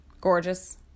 gorgeous